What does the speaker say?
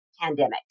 pandemic